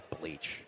bleach